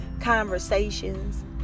conversations